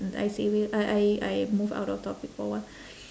I say we I I I move out of topic for a while